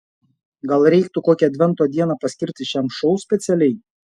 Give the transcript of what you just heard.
gal reiktų kokią advento dieną paskirti šiam šou specialiai